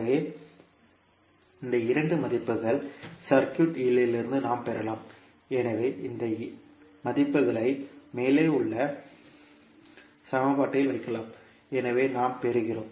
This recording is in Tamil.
எனவே இந்த இரண்டு மதிப்புகள் சர்க்யூட் இலிருந்து நாம் பெறலாம் எனவே இந்த மதிப்புகளை மேலே உள்ள சமன்பாட்டில் வைக்கலாம் எனவே நாம் பெறுகிறோம்